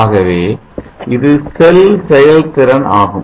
ஆகவே இது செல் செயல்திறன் ஆகும்